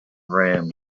room